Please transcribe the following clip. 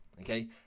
okay